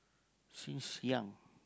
since young